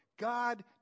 God